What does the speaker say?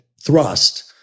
thrust